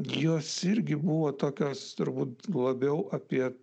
jos irgi buvo tokios turbūt labiau apie